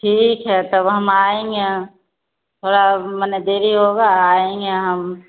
ठीक है तब हम आएँगे थोड़ा माने देरी होगी आएँगे हम